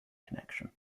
connection